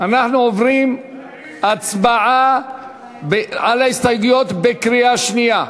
אנחנו עוברים להצבעה על ההסתייגויות בקריאה שנייה.